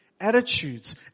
attitudes